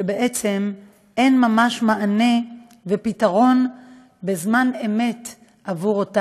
שבעצם אין ממש מענה ופתרון בזמן אמת עבורם.